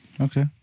Okay